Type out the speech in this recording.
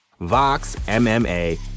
VOXMMA